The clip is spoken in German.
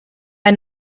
ein